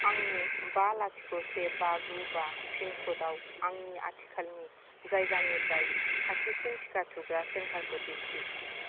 आंनो बा लाथिख से बा गु बा पिन कड आव आंनि आथिखालनि जायगानिफ्राय खाथिसिन टिका थुग्रा सेन्टारखौ दिन्थि